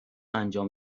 انجام